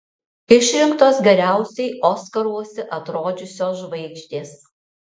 išrinktos geriausiai oskaruose atrodžiusios žvaigždės